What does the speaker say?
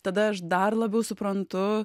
tada aš dar labiau suprantu